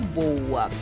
boa